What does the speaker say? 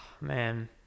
man